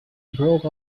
broke